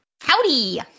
howdy